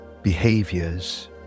behaviors